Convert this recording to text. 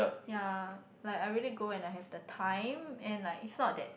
ya like I really go when I have the time and like it's not that